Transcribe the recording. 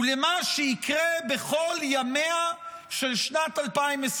ולמה שיקרה בכל ימיה של שנת 2025,